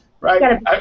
Right